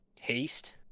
Haste